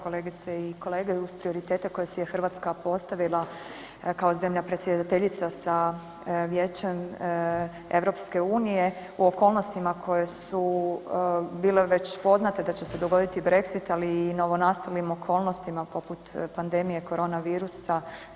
Kolegice i kolege, uz prioritete koje si je Hrvatska postavila kao zemlja predsjedateljica sa Vijećem EU u okolnostima koje su bile već poznate da će se dogoditi, Brexit, ali i novonastalim okolnostima poput pandemije koronavirusa.